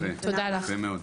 תודה לך.